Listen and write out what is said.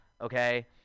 okay